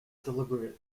deliberate